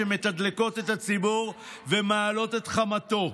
שמתדלקות את הציבור ומעלות את חמתו.